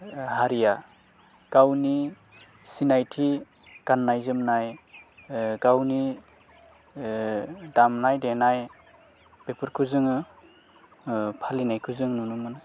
हारिया गावनि सिनायथि गान्नाय जोमनाय गावनि दामनाय देनाय बेफोरखौ जोङो फालिनायखौ जों नुनो मोनो